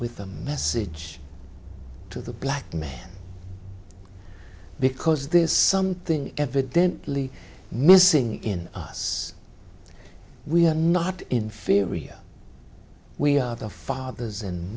with a message to the black man because this something evidently missing in us we are not inferior we are the fathers and